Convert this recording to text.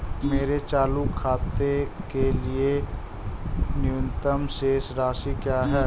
मेरे चालू खाते के लिए न्यूनतम शेष राशि क्या है?